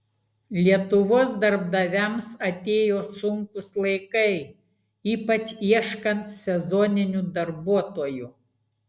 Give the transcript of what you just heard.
lietuvos darbdaviams atėjo sunkūs laikai ypač ieškant sezoninių darbuotojų